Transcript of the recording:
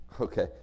okay